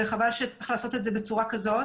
וחבל שצריך לעשות את זה בצורה כזאת.